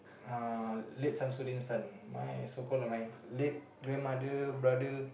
uh late Shamsuddin's son my so called like my late grandmother brother